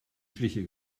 schliche